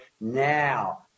Now